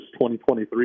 2023